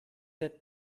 der